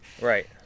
right